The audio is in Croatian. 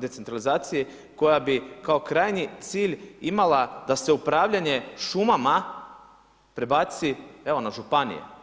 decentralizaciji koja bi kao krajnji cilj imala da se upravljanje šumama prebaci evo na županije.